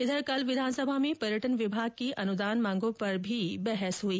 इधर कल विधानसभा में पर्यटन विभाग की अनुदान मांगों पर भी बहस हुई